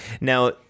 Now